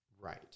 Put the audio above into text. Right